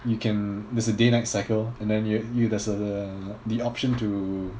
you can there's a day night cycle and then you you there's a the option to